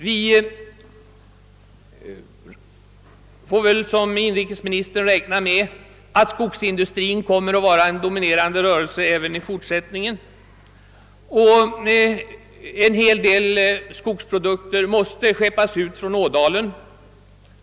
Vi får väl, liksom inrikesministern, räkna med att skogsindustrin kommer att vara en dominerande näringsgren även i fortsättning. En hel del skogsprodukter måste skeppas ut från Ådalen.